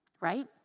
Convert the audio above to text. Right